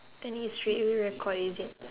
then he straightaway record is it